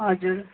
हजुर